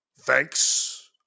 Thanks